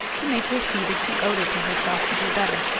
to make her see that she owed it to herself to do better.